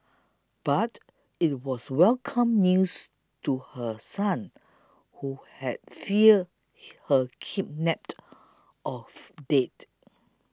but it was welcome news to her son who had feared her kidnapped or dead